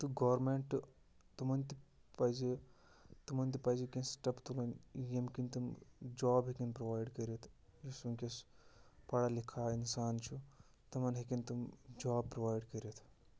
تہٕ گورمٮ۪نٛٹ تِمَن تہِ پَزِ تِمَن تہِ پَزِ کیٚنٛہہ سٕٹٮ۪پ تُلٕنۍ ییٚمۍ کِنہِ تِم جاب ہیٚکَن پرٛووایِڈ کٔرِتھ یُس وٕنۍکٮ۪س پَڑھا لِکھا اِنسان چھُ تِمَن ہیٚکَن تِم جاب پرٛووایِڈ کٔرِتھ